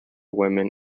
women